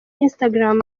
instagram